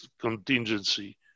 contingency